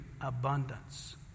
abundance